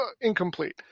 incomplete